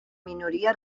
minoria